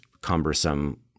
cumbersome